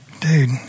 Dude